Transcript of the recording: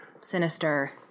sinister